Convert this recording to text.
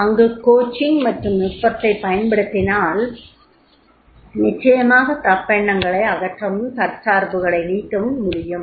இங்கு கோச்சிங் எனும் நுட்பத்தைப் பயன்படுத்தினால் நிச்சயமாக தப்பெண்ணங்களை அகற்றவும் தற்சார்புகளை நீக்கவும் முடியும்